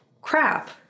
crap